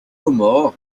comores